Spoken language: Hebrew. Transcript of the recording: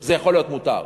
זה יכול להיות מותר.